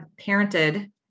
parented